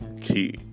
key